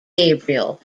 gabriel